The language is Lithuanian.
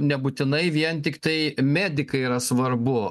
nebūtinai vien tiktai medikai yra svarbu